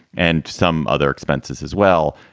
and some other expenses as well.